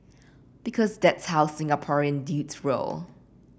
because that's how Singaporean dudes roll